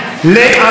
חס וחלילה,